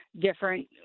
different